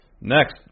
Next